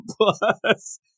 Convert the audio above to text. Plus